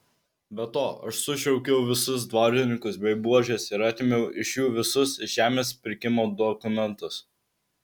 be to aš sušaukiau visus dvarininkus bei buožes ir atėmiau iš jų visus žemės pirkimo dokumentus